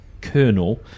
kernel